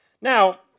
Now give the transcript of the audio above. Now